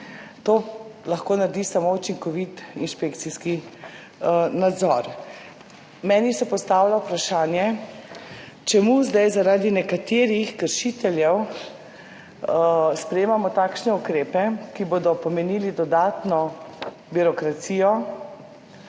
To lahko naredi samo učinkovit inšpekcijski nadzor. Meni se postavlja vprašanje, čemu zdaj zaradi nekaterih kršiteljev sprejemamo takšne ukrepe, ki bodo pomenili dodatno birokracijo,